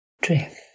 drift